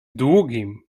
długim